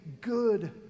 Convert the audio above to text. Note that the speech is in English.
good